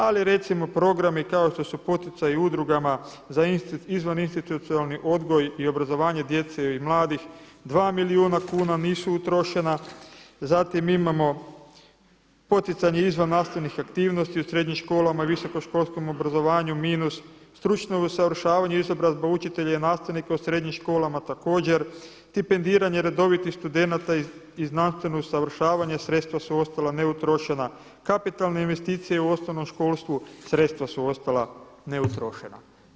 Ali recimo programi kao što su Poticaj udrugama za izvaninstitucionalni odgoj i obrazovanje djece i mladih 2milijuna kuna nisu utrošena, zatim imamo poticanje izvannastavnih aktivnosti u srednjim školama i visokoškolskom obrazovanju minus, stručno usavršavanje i izobrazba učitelja i nastavnika u srednjim školama također, stipendiranje redovitih studenata i znanstveno usavršavanje sredstva su ostala neutrošena, kapitalne investicije u osnovnom školstvu sredstva su ostala neutrošena.